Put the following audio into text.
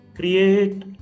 Create